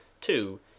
Two